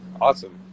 awesome